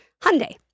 Hyundai